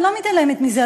אני לא מתעלמת מזה,